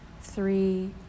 three